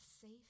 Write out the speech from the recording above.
safe